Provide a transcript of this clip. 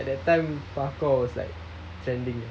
that time parkour was like trending ah